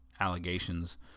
Allegations